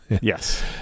Yes